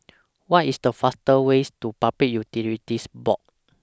What IS The faster ways to Public Utilities Board